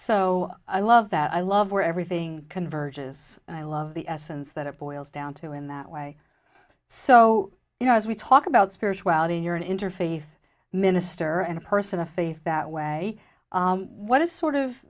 so i love that i love where everything converge is and i love the essence that it boils down to in that way so you know as we talk about spirituality and you're an interfaith minister and a person of faith that way what is sort of